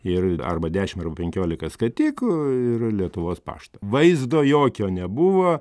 ir arba dešim arba penkiolika skatikų ir lietuvos paštą vaizdo jokio nebuvo